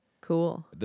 Cool